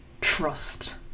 Trust